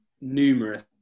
numerous